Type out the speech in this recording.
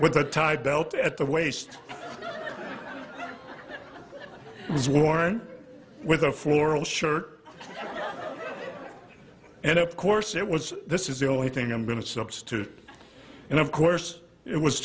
with the tide belt at the waist was worn with a floral shirt and of course it was this is the only thing i'm going to substitute and of course it was